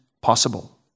possible